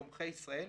תומכי ישראל.